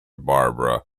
barbara